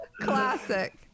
classic